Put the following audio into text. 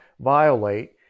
violate